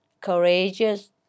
courageous